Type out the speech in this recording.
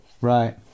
Right